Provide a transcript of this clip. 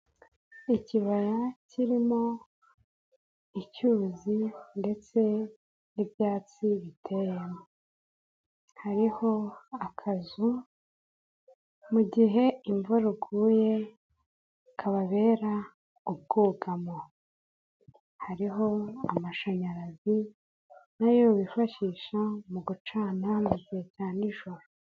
Ikibaya kirimo icyuzi ndetse n'ibyatsi biteye. Hariho akazu mu gihe imvura iguye kababera ubwugamo. Hariho amashanyarazi nayo yifashisha mu gucana mu gihe cya n'ijoro.